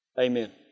Amen